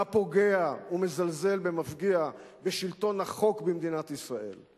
הפוגע ומזלזל במפגיע בשלטון החוק במדינת ישראל,